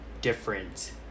different